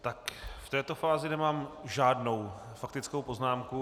V této fázi nemám žádnou faktickou poznámku.